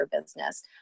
business